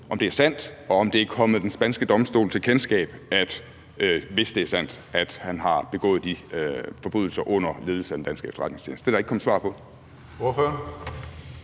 er sande, og om det er kommet den spanske domstol til kendskab, hvis det er sandt, at han har begået de forbrydelser under ledelse af den danske efterretningstjeneste. Det er der ikke kommet svar på.